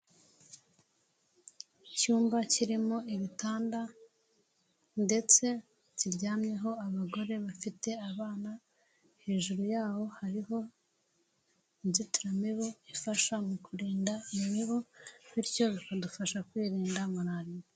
Icyumba kirimo ibitanda ndetse kiryamyeho abagore bafite abana, hejuru yaho hariho inzitiramibu ifasha mu kurinda imibu, bityo bikadufasha kwirinda Malariya.